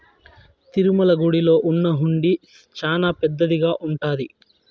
తిరుమల గుడిలో ఉన్న హుండీ చానా పెద్దదిగా ఉంటాది